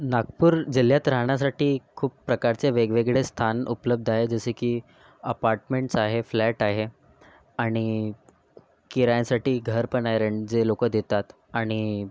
नागपूर जिल्ह्यात राहण्यासाठी खूप प्रकारचे वेगवेगळे स्थान उपलब्ध आहे जसं की अपार्टमेंट्स आहे फ्लॅट आहे आणि किरायासाठी घरपण आहे रेंट जे लोक देतात आणि